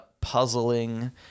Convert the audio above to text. puzzling